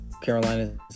Carolina